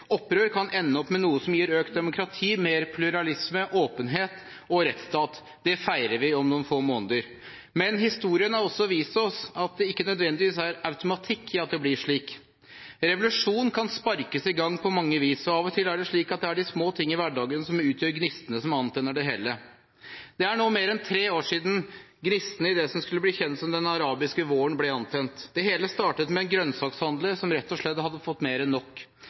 opprør kan ende opp med noe som gir økt demokrati, mer pluralisme, åpenhet og rettsstat. Det feirer vi om noen få måneder. Men historien har også vist oss at det ikke nødvendigvis er automatikk i at det blir slik. Revolusjon kan sparkes i gang på mange vis, og av og til er det slik at det er de små ting i hverdagen som utgjør gnistene som antenner det hele. Det er nå mer enn tre år siden gnistene i det som skulle bli kjent som den arabiske våren, ble antent. Det hele startet med en grønnsakshandler som rett og slett hadde fått mer enn nok.